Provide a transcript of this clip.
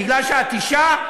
מפני שאת אישה?